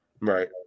right